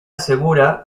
segura